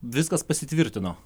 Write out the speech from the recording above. viskas pasitvirtino